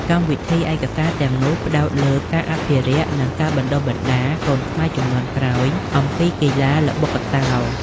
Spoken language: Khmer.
កម្មវិធីឯកសារទាំងនោះផ្តោតលើ ការអភិរក្ស និង ការបណ្តុះបណ្តាល កូនខ្មែរជំនាន់ក្រោយអំពីកីឡា ល្បុក្កតោ។